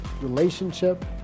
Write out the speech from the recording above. relationship